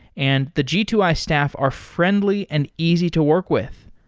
and the g two i staff are friendly and easy to work with.